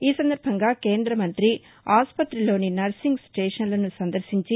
ఈ సందర్బంగా కేంద్రమంతి ఆస్పతిలోని నర్సింగ్ స్టేషన్షను సందర్భించి